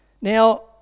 Now